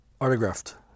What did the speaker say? autographed